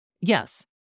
Yes